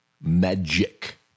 Magic